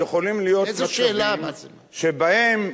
יכולים להיות מצבים שבהם,